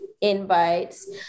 invites